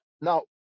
Now